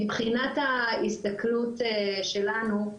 מבחינת ההסתכלות שלנו,